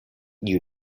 you